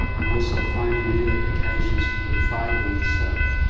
and also finding new applications for the fibre itself.